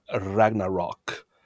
Ragnarok